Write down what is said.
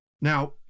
Now